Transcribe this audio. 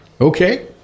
Okay